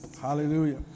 Hallelujah